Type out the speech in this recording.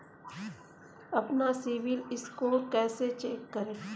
अपना CIBIL score कैसे check करें?